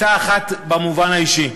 עצה אחת במובן האישי: